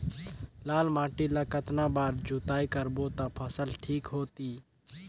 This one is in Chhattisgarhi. लाल माटी ला कतना बार जुताई करबो ता फसल ठीक होती?